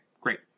Great